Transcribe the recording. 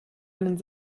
einen